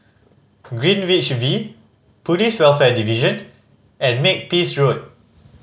Greenwich V Police Welfare Division and Makepeace Road